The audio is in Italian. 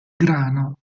grano